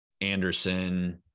Anderson